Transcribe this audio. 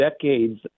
decades